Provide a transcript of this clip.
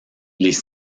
les